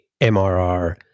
MRR